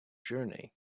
journey